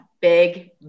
big